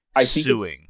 suing